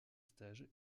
stages